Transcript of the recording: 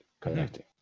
connecting